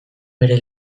bere